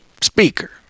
speaker